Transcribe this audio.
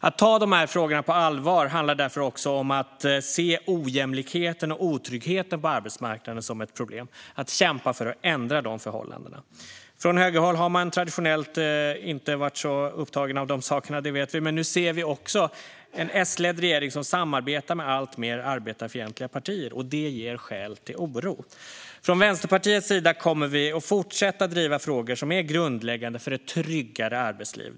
Att ta de här frågorna på allvar handlar därför om att se ojämlikheten och otryggheten på arbetsmarknaden som ett problem och att kämpa för att ändra de förhållandena. Från högerhåll har man traditionellt inte varit så upptagen av de sakerna. Det vet vi. Nu ser vi en S-ledd regering som samarbetar med alltmer arbetarfientliga partier. Det ger skäl till oro. Från Vänsterpartiets sida kommer vi att fortsätta att driva frågor som är grundläggande för ett tryggare arbetsliv.